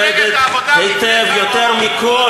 הפרטים הקטנים זה שאתה בנית גדר ליד שועפאט לפני מפלגת העבודה.